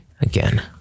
again